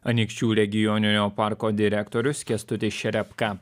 anykščių regioninio parko direktorius kęstutis šerepka